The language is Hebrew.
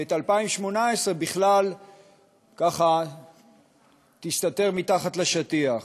ו-2018 ככה תסתתר מתחת לשטיח.